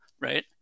right